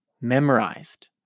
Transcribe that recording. memorized